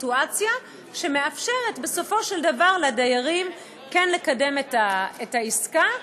הסיטואציה שמאפשרת בסופו של דבר לדיירים כן לקדם את העסקה,